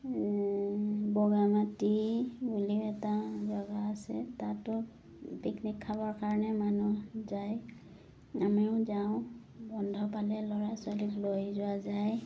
বগামাটি বুলিও এটা জেগা আছে তাতো পিকনিক খাবৰ কাৰণে মানুহ যায় আমিও যাওঁ বন্ধ পালে ল'ৰা ছোৱালীক লৈ যোৱা যায়